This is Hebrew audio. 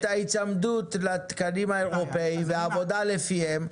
ההיצמדות לתקנים האירופאים ועבודה לפיהם,